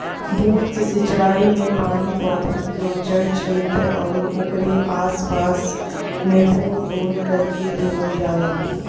बूंद से सिंचाई में पानी पौधन के जड़ छेत्र आउर ओकरे आस पास में बूंद बूंद करके देवल जाला